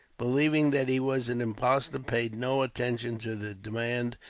believing that he was an impostor, paid no attention to the demand,